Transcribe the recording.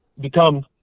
become